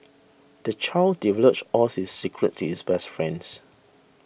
the child divulged all his secrets to his best friends